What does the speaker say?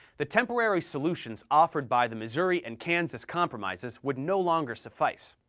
the temporary solutions offered by the missouri and kansas compromises would no longer suffice.